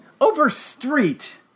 Overstreet